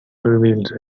reveals